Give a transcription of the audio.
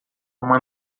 uma